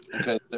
Okay